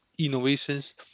innovations